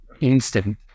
instant